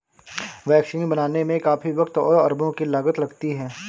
vaccine बनाने में काफी वक़्त और अरबों की लागत लगती है